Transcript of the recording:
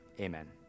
amen